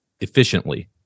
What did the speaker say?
efficiently